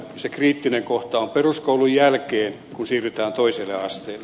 yksi kriittinen kohta on peruskoulun jälkeen kun siirrytään toiselle asteelle